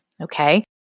Okay